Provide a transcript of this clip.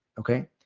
okay?